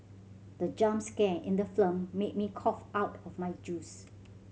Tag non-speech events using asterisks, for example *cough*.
the jump scare in the *unintelligible* made me cough out my juice